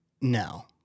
no